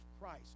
Christ